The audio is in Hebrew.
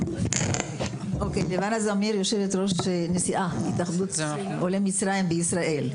לבנה זמיר, נשיאת התאחדות עולי מצרים בישראל.